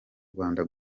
rwanda